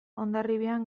hondarribian